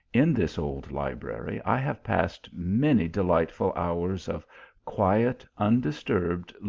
in this old library i have passed many delightful hours of quiet, undisturbed,